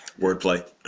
Wordplay